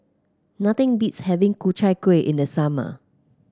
nothing beats having Ku Chai Kueh in the summer